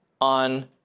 on